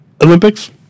Olympics